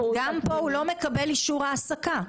גם פה הוא לא מקבל אישור העסקה.